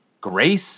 grace